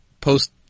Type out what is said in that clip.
post